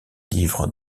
livre